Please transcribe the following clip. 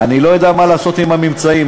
לא יודע מה לעשות עם הממצאים,